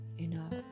enough